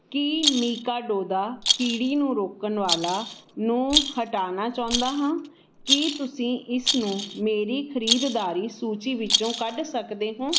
ਕੀ ਮੀਕਾਡੋਦਾ ਕੀੜੀ ਨੂੰ ਰੋਕਣ ਵਾਲਾ ਨੂੰ ਹਟਾਉਣਾ ਚਾਹੁੰਦਾ ਹਾਂ ਕੀ ਤੁਸੀਂ ਇਸ ਨੂੰ ਮੇਰੀ ਖਰੀਦਦਾਰੀ ਸੂਚੀ ਵਿੱਚੋਂ ਕੱਢ ਸਕਦੇ ਹੋ